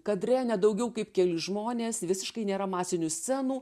kadre ne daugiau kaip keli žmonės visiškai nėra masinių scenų